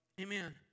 Amen